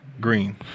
Green